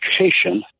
education